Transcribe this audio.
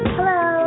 Hello